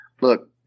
Look